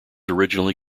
originally